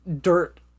dirt